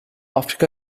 afrika